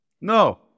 No